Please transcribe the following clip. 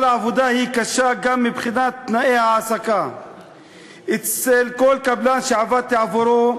אבל העבודה היא קשה גם מבחינת תנאי ההעסקה אצל כל קבלן שעבדתי עבורו.